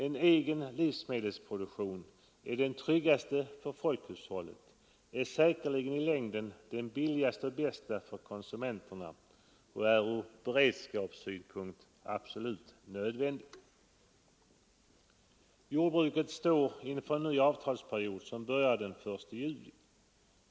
En egen livsmedelsproduktion är den tryggaste för folkhushållet, i längden säkerligen den billigaste och den bästa för konsumenterna och ur beredskapssynpunkt absolut nödvändig. Jordbruket står inför en ny avtalsperiod, som börjar den 1 juli.